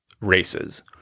races